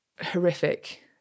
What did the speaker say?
horrific